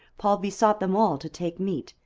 paul besought them all to take meat,